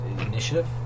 initiative